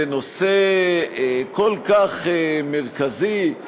בנושא כל כך מרכזי,